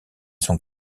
son